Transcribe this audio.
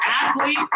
athlete